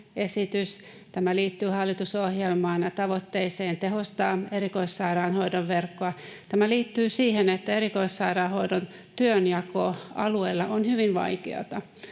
tämä liittyy hallitusohjelman tavoitteeseen tehostaa erikoissairaanhoidon verkkoa. Tämä liittyy siihen, että erikoissairaanhoidon työnjako alueilla on hyvin vaikeata,